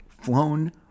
flown